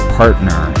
partner